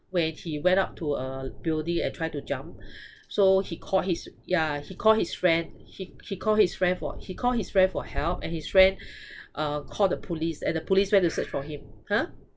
when he went up to a building and try to jump so he called his yeah he call his friend he he call his for he call his friend for help and his friend uh call the police and the police went to search for him !huh!